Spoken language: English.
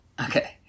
Okay